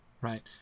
right